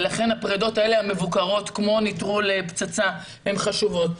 לכן הפרידות המבוקרות, כמו נטרול פצצה, הן חשובות.